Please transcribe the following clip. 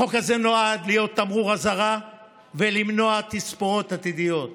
החוק הזה נועד להיות תמרור אזהרה ולמנוע תספורות עתידיות.